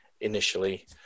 initially